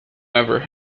never